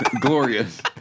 Glorious